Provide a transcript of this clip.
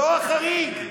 לא אחרים.